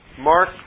Mark